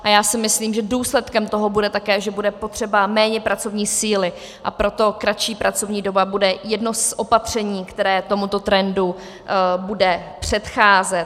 Já si myslím, že důsledkem toho bude také, že bude potřeba méně pracovní síly, a proto kratší pracovní doba bude jedno z opatření, které tomuto trendu bude předcházet.